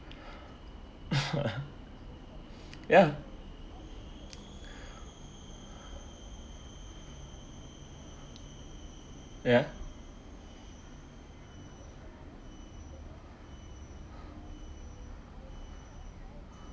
ya ya